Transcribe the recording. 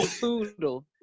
poodle